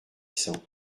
cents